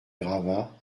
gravats